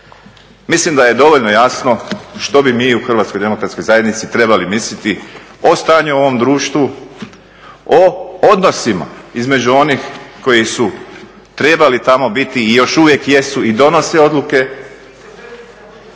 Mislim da je dovoljno jasno što bi mi u Hrvatskoj demokratskoj zajednici trebali misliti o stanju u ovom društvu, o odnosima između onih koji su trebali tamo biti i još uvijek jesu i donose odluke.